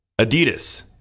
Adidas